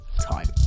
time